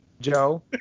Joe